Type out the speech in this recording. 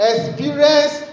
Experience